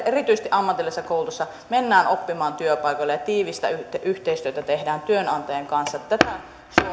erityisesti ammatillisessa koulutuksessa mennään oppimaan työpaikoille ja tehdään tiivistä yhteistyötä työnantajien kanssa tätä